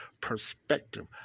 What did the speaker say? perspective